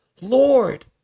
Lord